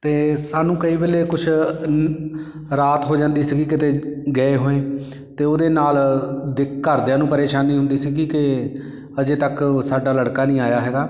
ਅਤੇ ਸਾਨੂੰ ਕਈ ਵੇਲੇ ਕੁਛ ਰਾਤ ਹੋ ਜਾਂਦੀ ਸੀਗੀ ਕਿਤੇ ਗਏ ਹੋਏ ਅਤੇ ਉਹਦੇ ਨਾਲ ਦੇ ਘਰਦਿਆਂ ਨੂੰ ਪਰੇਸ਼ਾਨੀ ਹੁੰਦੀ ਸੀਗੀ ਕਿ ਅਜੇ ਤੱਕ ਸਾਡਾ ਲੜਕਾ ਨਹੀਂ ਆਇਆ ਹੈਗਾ